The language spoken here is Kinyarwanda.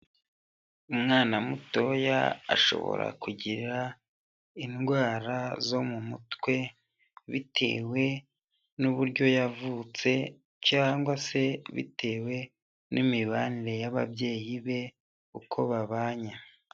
Umwana mutoya ashobora kugira indwara zo mu mutwe bitewe n'uburyo yavutse cyangwa se bitewe n'imibanire y'ababyeyi be uko babanye.